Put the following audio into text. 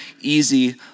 easy